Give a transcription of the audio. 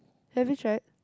have you tried